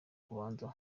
kubanza